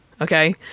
okay